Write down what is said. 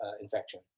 infection